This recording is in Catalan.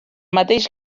mateix